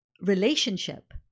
relationship